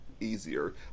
easier